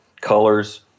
colors